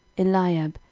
eliab,